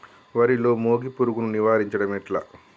వరిలో మోగి పురుగును నివారించడం ఎట్లా?